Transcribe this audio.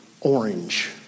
orange